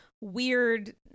weird